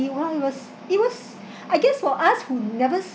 everyone was it was I guess for us who never